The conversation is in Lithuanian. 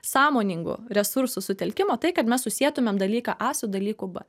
sąmoningų resursų sutelkimo tai kad mes susietume dalyką su dalyku